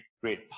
great